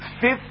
fifth